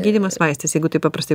gydymas vaistais jeigu taip paprastai